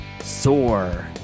soar